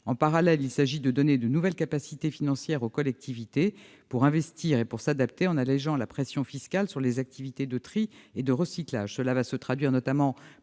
En parallèle, il s'agit de donner de nouvelles capacités financières aux collectivités pour investir et pour s'adapter, en allégeant la pression fiscale sur les activités de tri et de recyclage. Cela se traduira notamment par une baisse